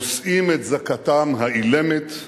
נושאים את זעקתם האילמת,